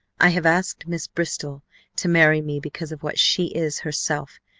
i have asked miss bristol to marry me because of what she is herself,